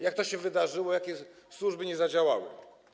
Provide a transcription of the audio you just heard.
Jak to się wydarzyło, jakie służby nie zadziałały?